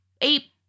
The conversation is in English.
ape